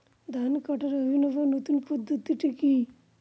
ধান কাটার অভিনব নতুন পদ্ধতিটি কি?